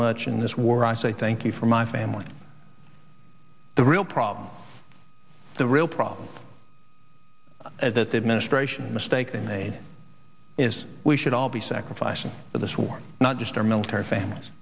much in this war i say thank you for my family the real problem the real problem is that the administration mistake they made is we should all be sacrificing for this war not just our military families